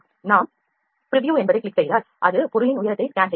நாம் முன்னோட்டம் என்பதைக் கிளிக் செய்தால் அது பொருளின் உயரத்தை ஸ்கேன் செய்யும்